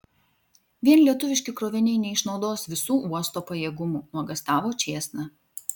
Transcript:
vien lietuviški kroviniai neišnaudos visų uosto pajėgumų nuogąstavo čėsna